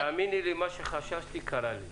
לינור, תאמיני לי, מה שחששתי קרה לי.